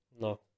No